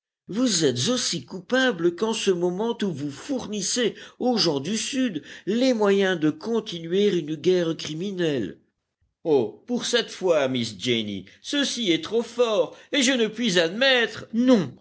vous êtes aussi coupable qu'en ce moment où vous fournissez aux gens du sud les moyens de continuer une guerre criminelle oh pour cette fois miss jenny ceci est trop fort et je ne puis admettre